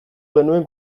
genuen